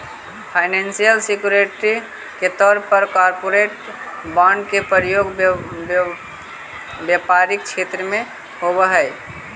financial security के तौर पर कॉरपोरेट बॉन्ड के प्रयोग व्यापारिक क्षेत्र में होवऽ हई